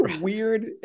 weird